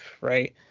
right